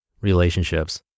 relationships